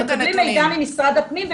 אנחנו מקבלים מידע ממשרד הפנים,